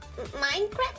minecraft